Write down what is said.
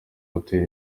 hotel